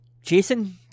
Jason